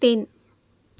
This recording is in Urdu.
تین